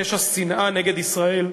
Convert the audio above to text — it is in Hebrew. פשע שנאה נגד ישראל,